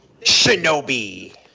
Shinobi